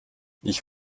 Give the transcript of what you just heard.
ich